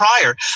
prior